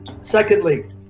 Secondly